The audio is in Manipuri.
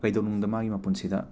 ꯀꯩꯗꯧꯅꯨꯡꯗ ꯃꯥꯒꯤ ꯃꯄꯨꯟꯁꯤꯗ